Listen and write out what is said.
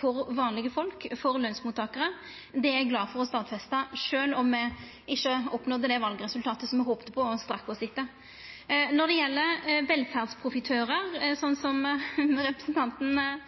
for vanlege folk, for lønsmottakarar, er eg glad for å stadfesta, sjølv om me ikkje oppnådde det valresultatet me håpa på og strekte oss etter. Når det gjeld velferdsprofitørar, slik representanten